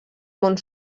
món